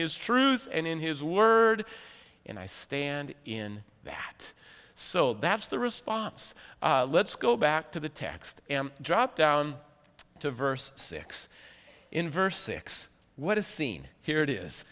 his truth and in his word and i stand in that so that's the response let's go back to the text and drop down to verse six in verse six what is seen here it is